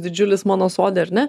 didžiulis mano sode ar ne